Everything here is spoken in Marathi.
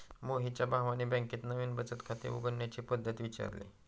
मोहितच्या भावाने बँकेत नवीन बचत खाते उघडण्याची पद्धत विचारली